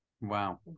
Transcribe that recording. Wow